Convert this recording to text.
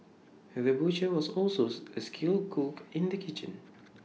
the butcher was also A skilled cook in the kitchen